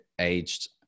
aged